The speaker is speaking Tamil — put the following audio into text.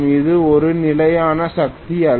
அது ஒரு நிலையான சக்தி அல்ல